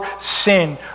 sin